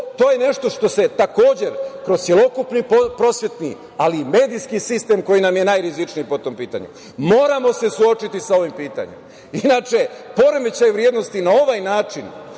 to je nešto što se takođe kroz celokupni prosvetni ali i medijski sistem koji nam je najrizičniji po to tom pitanju, moramo se suočiti sa ovim pitanjem, inače poremećaji vrednosti na ovaj način